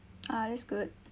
ah that's good